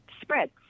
spread